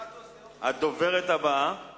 הדוברת הבאה היא